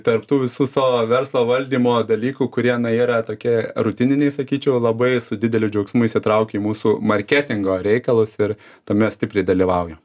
tarp tų visų savo verslo valdymo dalykų kurie na yra tokie rutininiai sakyčiau labai su dideliu džiaugsmu įsitraukiu į mūsų marketingo reikalus ir tame stipriai dalyvauju